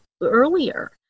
earlier